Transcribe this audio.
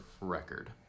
record